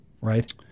right